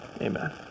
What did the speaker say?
Amen